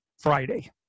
Friday